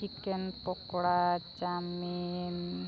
chicken pakora chowmein